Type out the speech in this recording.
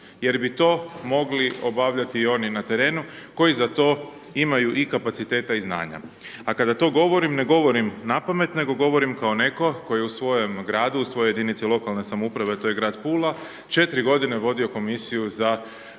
jer bi to mogli obavljati oni na terenu koji za to imaju i kapaciteta i znanja. A kada to govorim, ne govorim napamet, nego govorim kao netko tko je u svojem gradu, u svojoj jedinici lokalne samouprave, to je grad Pula, 4 godine vodio Komisiju za prodaju